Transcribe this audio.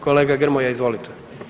Kolega Grmoja, izvolite.